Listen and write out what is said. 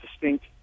distinct